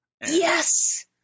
Yes